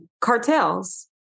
cartels